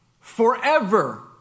forever